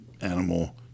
animal